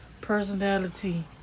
personality